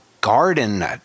garden